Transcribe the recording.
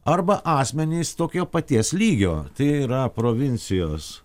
arba asmenys tokio paties lygio tai yra provincijos